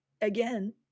again